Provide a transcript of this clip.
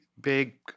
big